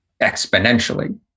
exponentially